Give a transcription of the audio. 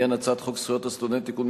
לעניין הצעת חוק זכויות הסטודנט (תיקון